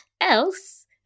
Else